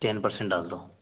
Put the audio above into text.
ten percent डाल दो